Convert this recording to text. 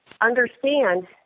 understand